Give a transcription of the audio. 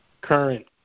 current